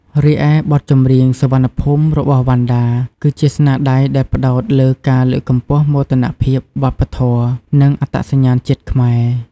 រីឯបទចម្រៀង "សុវណ្ណភូមិ"របស់វណ្ណដា គឺជាស្នាដៃដែលផ្តោតលើការលើកកម្ពស់មោទនភាពវប្បធម៌ និងអត្តសញ្ញាណជាតិខ្មែរ។